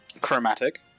Chromatic